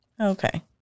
Okay